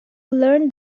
learn